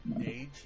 age